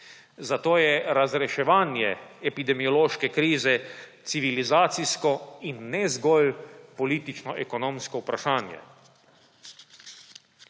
Zato je razreševanje epidemiološke krize civilizacijsko in ne zgolj politično-ekonomsko vprašanje.